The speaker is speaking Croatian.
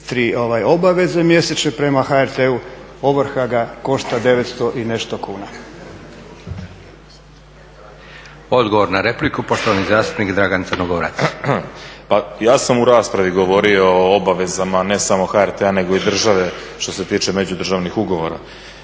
obveze mjesečne prema HRT-u ovrha ga košta 900 i nešto kuna. **Leko, Josip (SDP)** Odgovor na repliku, poštovani zastupnik Dragan Crnogorac. **Crnogorac, Dragan (SDSS)** Pa ja sam u raspravi govorio o obavezama ne samo HRT-a nego i države što se tiče međudržavnih ugovora.